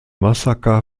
massaker